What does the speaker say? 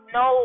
no